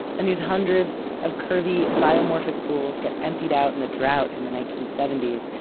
and these hundreds of curvy, biomorphic pools get emptied out in the drought in the nineteen seventy s,